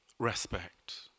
Respect